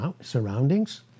surroundings